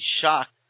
shocked